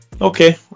Okay